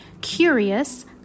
Curious